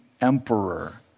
emperor